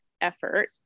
effort